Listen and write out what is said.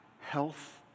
health